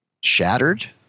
Shattered